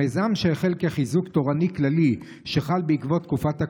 המיזם החל כחיזוק תורני כללי שחל בעקבות תקופת הקורונה.